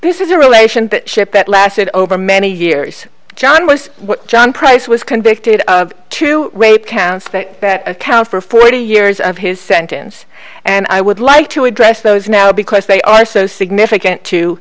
this is a relation ship that lasted over many years john was john price was convicted of two rape counts that that counts for forty years of his sentence and i would like to address those now because they are so significant t